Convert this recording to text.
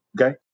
okay